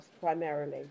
primarily